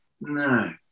No